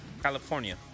California